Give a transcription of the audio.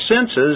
senses